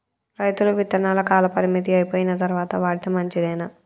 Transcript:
రైతులు విత్తనాల కాలపరిమితి అయిపోయిన తరువాత వాడితే మంచిదేనా?